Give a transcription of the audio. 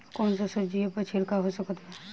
कौन सा सब्जियों पर छिड़काव हो सकत बा?